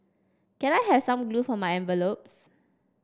can I have some glue for my envelopes